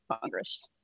Congress